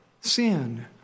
sin